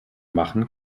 machen